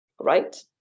right